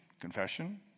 confession